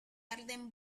arden